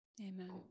amen